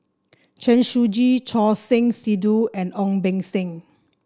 Chen Shiji Choor Singh Sidhu and Ong Beng Seng